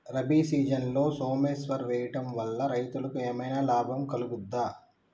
రబీ సీజన్లో సోమేశ్వర్ వేయడం వల్ల రైతులకు ఏమైనా లాభం కలుగుద్ద?